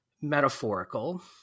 metaphorical